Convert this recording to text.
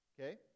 Okay